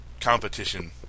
competition